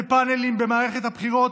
בפאנלים במערכת הבחירות,